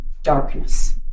darkness